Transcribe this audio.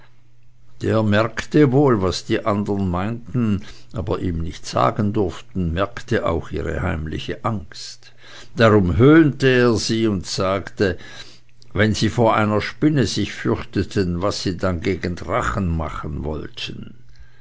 der merkte wohl was die andern meinten aber ihm nicht sagen durften merkte auch ihre heimliche angst darum höhnte er sie und sagte wenn sie vor einer spinne sich fürchteten was sie dann gegen drachen machen wollten